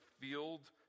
field